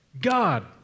God